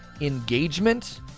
engagement